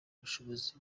ubushobozi